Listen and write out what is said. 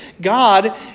God